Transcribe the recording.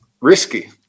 risky